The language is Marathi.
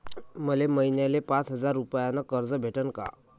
मले महिन्याले पाच हजार रुपयानं कर्ज भेटन का?